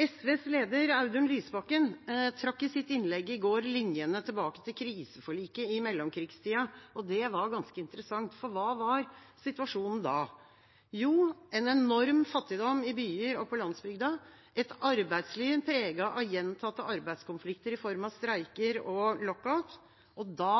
SVs leder, Audun Lysbakken, trakk i sitt innlegg i går linjene tilbake til kriseforliket i mellomkrigstida, og det var ganske interessant, for hva var situasjonen da? Jo, en enorm fattigdom i byer og på landsbygda, et arbeidsliv preget av gjentatte arbeidskonflikter i form av streiker og lockout. Da